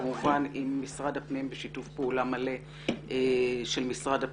כמובן עם משרד הפנים ובשיתוף פעולה מלא של המשרד,